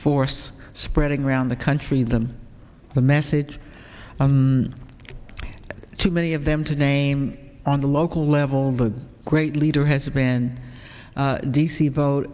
force spreading around the country them the message to many of them to name on the local level the great leader has been d c vote